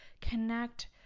connect